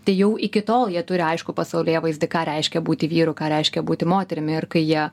tai jau iki tol jie turi aiškų pasaulėvaizdį ką reiškia būti vyru ką reiškia būti moterimi ir kai jie